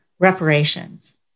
reparations